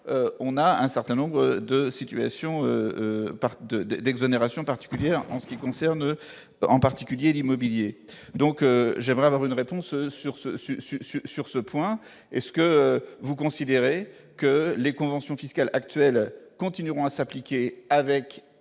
d'un certain nombre d'exonérations particulières en ce qui concerne, en particulier, l'immobilier. J'aimerais avoir une réponse sur ce point : considérez-vous que les conventions fiscales actuelles continueront à s'appliquer,